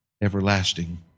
everlasting